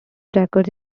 records